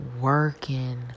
working